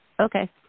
Okay